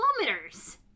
kilometers